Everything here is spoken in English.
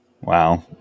Wow